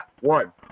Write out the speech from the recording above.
one